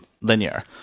linear